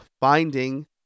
finding